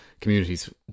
communities